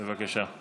בבקשה.